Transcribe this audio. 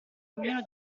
ognuno